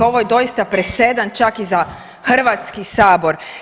Ovo je doista presedan čak i za Hrvatski sabor.